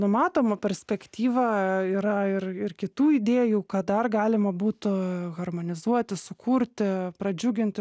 numatoma perspektyva yra ir ir kitų idėjų ką dar galima būtų harmonizuoti sukurti pradžiuginti